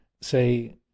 say